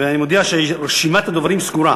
ואני מודיע שרשימת הדוברים סגורה.